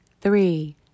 three